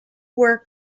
were